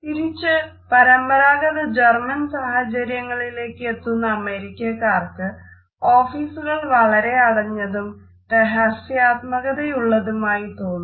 തിരിച്ച് പരമ്പരാഗത ജർമ്മൻ സാഹചര്യങ്ങളിലേക്ക് എത്തുന്ന അമേരിക്കക്കാർക്ക് ഓഫീസുകൾ വളരെ അടഞ്ഞതും രഹസ്യാ ത്മകതയുള്ളതുമായി തോന്നും